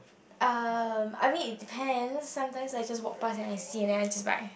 um I mean it depends sometimes I just walk past then I see then I just buy